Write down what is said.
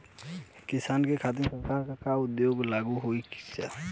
किसानन के खातिर सरकार का का योजना लागू कईले बा?